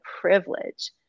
privilege